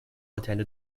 attended